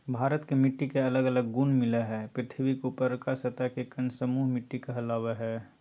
भारत के मिट्टी के अलग अलग गुण मिलअ हई, पृथ्वी के ऊपरलका सतह के कण समूह मिट्टी कहलावअ हई